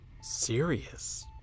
serious